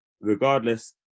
Regardless